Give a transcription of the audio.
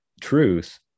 truth